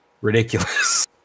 ridiculous